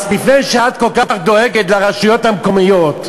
אז לפני שאת כל כך דואגת לרשויות המקומיות,